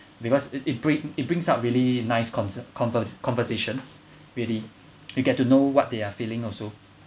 because it it bring it brings up really nice conser~ conver~ conversations really you get to know what they are feeling also